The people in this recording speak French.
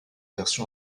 version